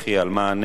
על מה הנהי,